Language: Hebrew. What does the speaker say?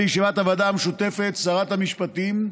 לישיבת הוועדה המשותפת שרת המשפטים,